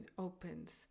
opens